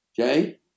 Okay